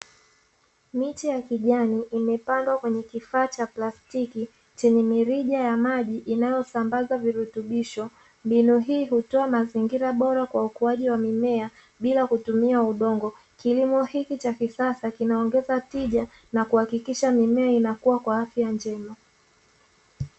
Miche ya kijani imepandwa kwenye kifaa cha plastiki, chenye mirija ya maji inayosambaza virutubisho. Mbinu hii hutoa mazingira bora kwa ukuaji wa mimea bila kutumia udongo. Kilimo hiki cha kisasa kinaongeza tija na kuhakikisha mimea inakua kwa afya njema.